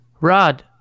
Rod